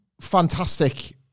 fantastic